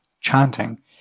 chanting